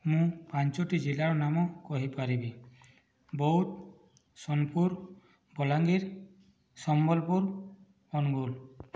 ମୁଁ ପାଞ୍ଚୋଟି ଜିଲ୍ଲାର ନାମ କହିପାରିବି ବଉଦ ସୋନପୁର ବଲାଙ୍ଗୀର ସମ୍ବଲପୁର ଅନୁଗୁଳ